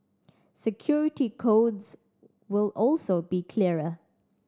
security codes will also be clearer